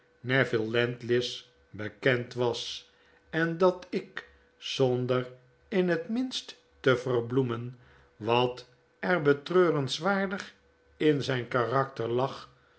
neville landless bekend was en dat ik zonder in het minst te verbloemen wat erbetreurenswaardig in zijn karakter lag